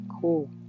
cool